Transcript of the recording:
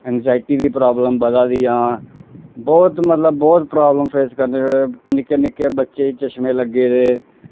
anxiety दी problem बधा दियां बौह्त मतलब बौह्त प्राब्लम फेस करनी निक्के निक्के बच्चें गी चश्में लग्गे दे